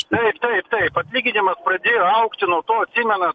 taip taip taip atlyginimas pradėjo augti nuo to atsimena